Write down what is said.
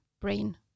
brain